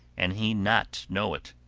and he not know it.